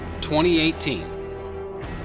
2018